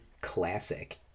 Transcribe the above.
Classic